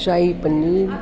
शाही paneer